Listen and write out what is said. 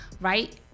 right